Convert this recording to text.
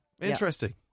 interesting